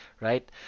right